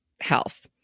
health